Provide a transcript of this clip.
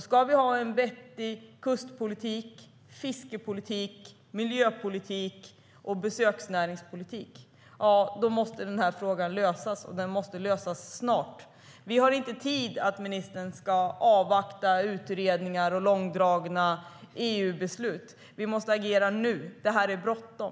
Ska vi ha en vettig kustpolitik, fiskepolitik, miljöpolitik och besöksnäringspolitik måste den här frågan lösas, och den måste lösas snart. Det finns inte tid för ministern att avvakta utredningar och långdragna EU-beslut. Vi måste agera nu ! Det här är bråttom!